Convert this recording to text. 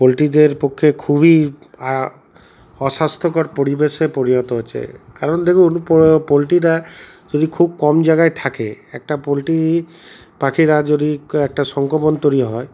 পোল্ট্রীদের পক্ষে খুবই অস্বাস্থ্যকর পরিবেশে পরিণত হচ্ছে কারণ দেখুন পোলটিরা যদি খুব কম জায়গায় থাকে একটা পোল্ট্রী পাখিরা যদি একটা সংক্রমণ তৈরি হয়